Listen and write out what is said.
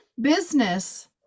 business